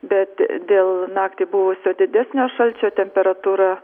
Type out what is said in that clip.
bet dėl naktį buvusio didesnio šalčio temperatūra